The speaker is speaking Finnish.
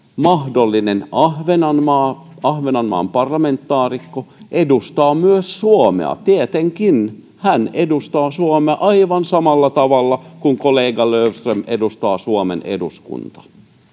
mahdollinen ahvenanmaan ahvenanmaan parlamentaarikko edustaa myös suomea tietenkin hän edustajaa suomea aivan samalla tavalla kuin kollega löfström edustaa suomen eduskunnassa